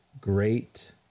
great